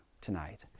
tonight